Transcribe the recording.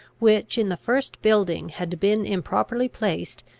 which in the first building had been improperly placed,